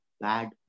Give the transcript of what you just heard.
bad